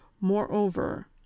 moreover